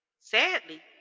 Sadly